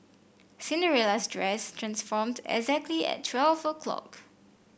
Cinderella's dress transformed exactly at twelve o'clock